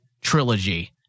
trilogy